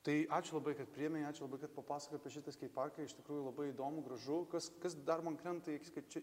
tai ačiū labai kad priėmei ačiū labai kad papasakojai apie šitą skeit parką iš tikrųjų labai įdomu gražu kas kas dar man krenta į akis kad čia